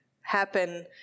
happen